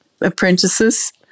apprentices